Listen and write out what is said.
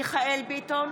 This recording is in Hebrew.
מיכאל מרדכי ביטון,